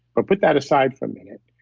but put that aside for a minute.